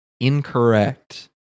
incorrect